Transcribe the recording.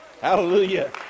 Hallelujah